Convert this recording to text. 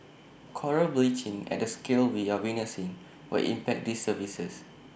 Coral bleaching at the scale we are witnessing will impact these services